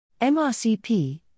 MRCP